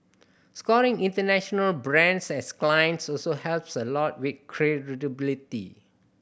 scoring international brands as clients also helps a lot with credibility